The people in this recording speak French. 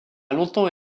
longtemps